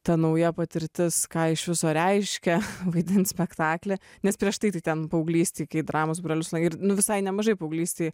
ta nauja patirtis ką iš viso reiškia vaidint spektakly nes prieš tai ten paauglystėj kai dramos būrelius ir visai nemažai paauglystėj